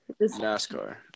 NASCAR